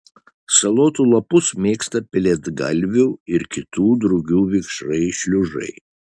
salotų lapus mėgsta pelėdgalvių ir kitų drugių vikšrai šliužai